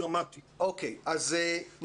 אז תשיג.